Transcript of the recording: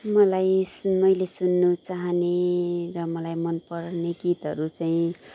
मलाई मैले सुन्नु चाहने र मलाई मन पर्ने गीतहरू चाहिँ